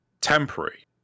temporary